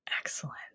Excellent